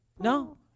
No